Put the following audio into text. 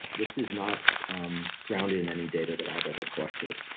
this is not um grounded in any data that i've ever collected.